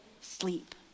sleep